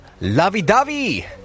Lovey-dovey